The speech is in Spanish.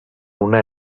una